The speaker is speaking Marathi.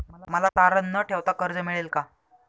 मला तारण न ठेवता कर्ज मिळेल का?